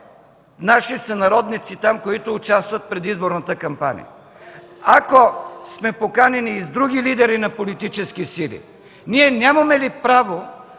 наши сънародници там, които участват в предизборната кампания. Ако сме поканени и с други лидери на политически сили, ние нямаме ли право